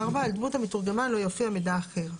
על דמות המתורגמן לא יופיע מידע אחר.